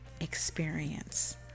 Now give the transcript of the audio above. experience